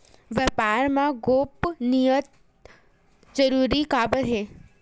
व्यापार मा गोपनीयता जरूरी काबर हे?